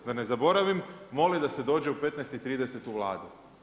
Da ne zaboravim, moli da se dođe u 15,30 u Vladu.